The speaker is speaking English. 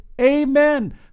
amen